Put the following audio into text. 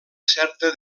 certa